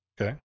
Okay